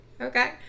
Okay